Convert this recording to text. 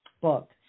book